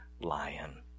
lion